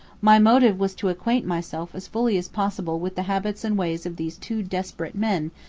my motive was to acquaint myself as fully as possible with the habits and ways of these two desperate men,